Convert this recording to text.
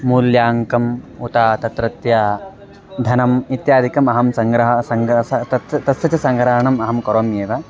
मूल्याङ्कं उत तत्रत्य धनम् इत्यादिकम् अहं सङ्ग्रहणं सङ्ग्रहणं तस्य च सङ्ग्रहणम् अहं करोमि एव